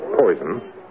Poison